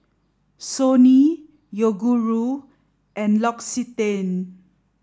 Sony Yoguru and L'Occitane